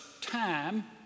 time